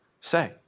say